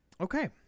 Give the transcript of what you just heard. Okay